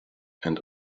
and